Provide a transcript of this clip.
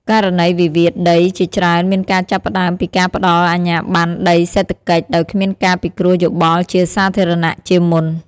ករណីវិវាទដីជាច្រើនមានការចាប់ផ្ដើមពីការផ្ដល់អាជ្ញាបណ្ណដីសេដ្ឋកិច្ច ដោយគ្មានការពិគ្រោះយោបល់ជាសាធារណៈជាមុន។